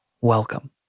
Welcome